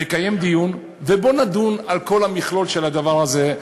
נקיים דיון, ובואו נדון בכל המכלול של הדבר הזה.